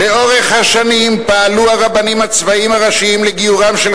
"לאורך השנים פעלו הרבנים הצבאיים הראשיים לגיורם של